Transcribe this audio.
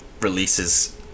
releases